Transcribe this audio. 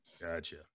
gotcha